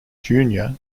junior